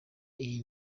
iyi